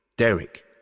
Derek